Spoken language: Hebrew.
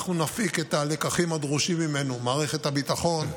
אנחנו, מערכת הביטחון,